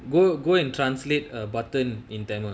go go and translate a button in tamil